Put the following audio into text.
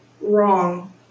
wrong